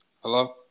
hello